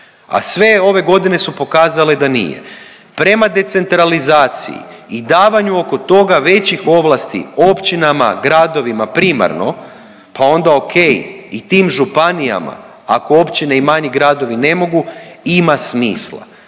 a sve ove godine su pokazale da nije, prema decentralizaciji i davanju oko toga većih ovlasti općinama, gradovima primarno, pa onda ok i tim županijama, ako općine i manji gradovi ne mogu ima smisla.